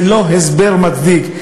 זה לא הסבר מצדיק.